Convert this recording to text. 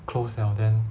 close 了 then